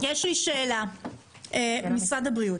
משרד הבריאות,